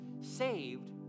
Saved